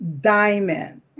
Diamond